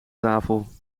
tafel